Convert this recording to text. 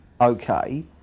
okay